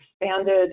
expanded